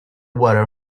weather